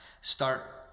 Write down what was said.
start